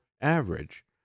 average